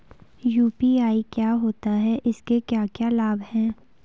UPI क्या होता है इसके क्या क्या लाभ हैं?